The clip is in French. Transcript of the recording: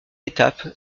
étape